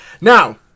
Now